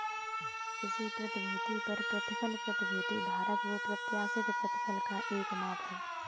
किसी प्रतिभूति पर प्रतिफल प्रतिभूति धारक को प्रत्याशित प्रतिफल का एक माप है